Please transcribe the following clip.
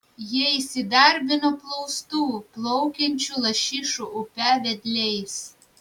jie įsidarbino plaustų plaukiančių lašišų upe vedliais